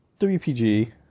WPG